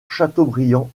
chateaubriand